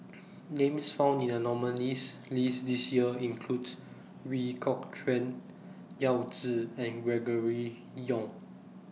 Names found in The nominees' list This Year include Ooi Kok Chuen Yao Zi and Gregory Yong